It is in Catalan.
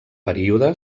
període